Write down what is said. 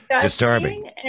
disturbing